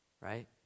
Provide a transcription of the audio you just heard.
right